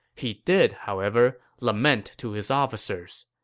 he did, however, lament to his officers,